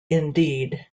indeed